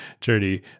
journey